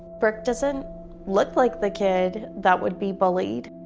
brooke doesn't look like the kid that would be bullied.